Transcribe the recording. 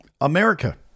America